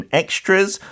extras